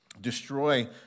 destroy